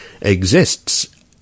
exists